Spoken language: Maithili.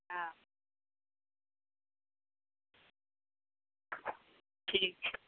हँ ठीक छै